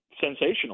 sensational